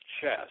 chest